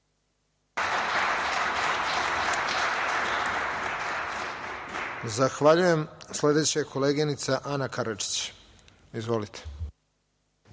Zahvaljujem. Sledeća je koleginica Ana Karadžić. Izvolite.